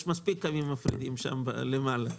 יש מספיק קווים מפרידים שם למעלה,